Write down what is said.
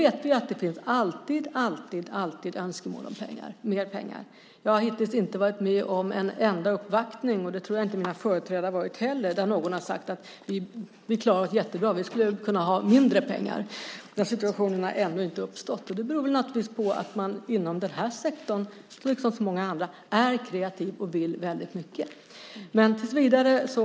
Vi vet att det alltid, alltid finns önskemål om mer pengar. Jag har hittills inte varit med om en enda uppvaktning, och det tror jag inte att mina företrädare varit med om heller, där någon sagt att de klarar sig jättebra, att de skulle kunna ha mindre pengar. Den situationen har ännu inte uppstått. Det beror naturligtvis på att man inom den här sektorn, liksom många andra, är kreativ och vill väldigt mycket.